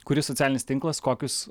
kuris socialinis tinklas kokius